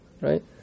right